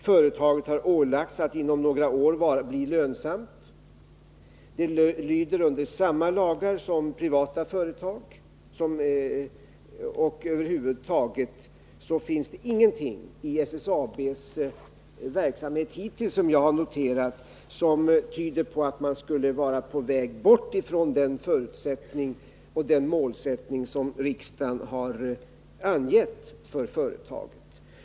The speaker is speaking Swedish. Företaget har ålagts att inom några år bli lönsamt. Det lyder under samma lagar som privata företag. Över huvud taget finns det ingenting i SSAB:s verksamhet hittills, som jag har noterat, som tyder på att man skulle vara på väg bort från den förutsättning och den målsättning som riksdagen har angett för företaget.